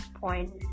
point